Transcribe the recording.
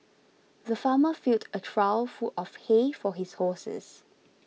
the farmer filled a trough full of hay for his horses